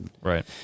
Right